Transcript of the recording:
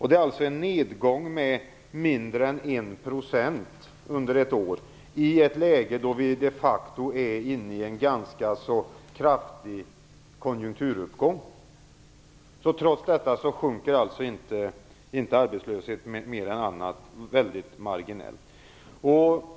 Det är alltså en nedgång med mindre än 1 % under ett år, i ett läge då vi de facto är inne i en ganska kraftig konjunkturuppgång. Trots detta sjunker alltså inte arbetslösheten mer än mycket marginellt.